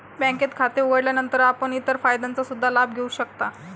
बँकेत खाते उघडल्यानंतर आपण इतर फायद्यांचा सुद्धा लाभ घेऊ शकता